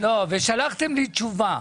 שלחתם לי תשובה.